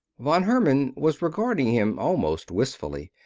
von herman was regarding him almost wistfully.